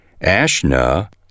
Ashna